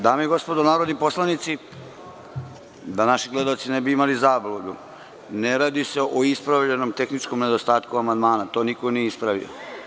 Dame i gospodo narodni poslanici, da naši gledaoci ne bi imali zabludu, ne radi se o ispravljenom tehničkom nedostatku amandmana, to niko nije ispravio.